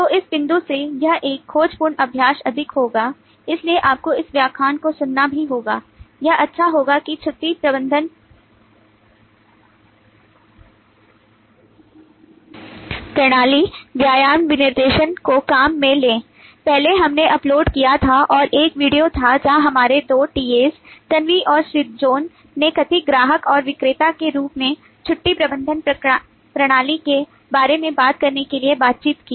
तो इस बिंदु से यह एक खोजपूर्ण अभ्यास अधिक होगा इसलिए आपको इस व्याख्यान को सुनना भी होगा यह अच्छा होगा कि छुट्टी प्रबंधन प्रणाली व्यायाम विनिर्देशन को काम में लें हमने पहले अपलोड किया था और एक वीडियो था जहां हमारे दो TAs तन्वी और श्रीजोनी ने कथित ग्राहक और विक्रेता के रूप में छुट्टी प्रबंधन प्रणाली के बारे में बात करने के लिए बातचीत की